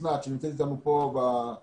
אסנת שנמצאת אתנו ב-זום,